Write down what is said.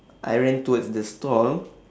I ran towards the stall